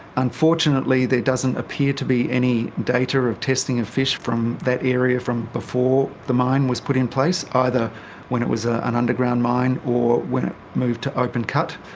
unfortunately there doesn't appear to be any data of testing of fish from that area from before the mine was put in place, either when it was ah an underground mine or when it moved to open cut,